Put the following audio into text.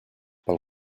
pel